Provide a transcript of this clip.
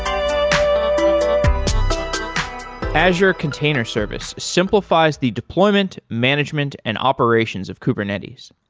um azure container service simplifies the deployment, management and operations of kubernetes.